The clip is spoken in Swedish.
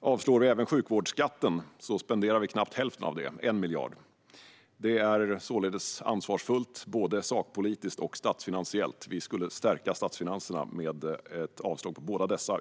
Om vi avslår även sjukvårdsskatten spenderar vi knappt hälften - 1 miljard. Det är således ansvarsfullt, både sakpolitiskt och statsfinansiellt. Avslag på båda dessa skulle stärka statsfinanserna.